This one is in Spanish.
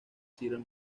sirven